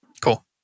Cool